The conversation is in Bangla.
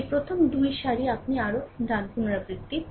এই প্রথম 2 সারি আপনি আরও ডান পুনরাবৃত্তি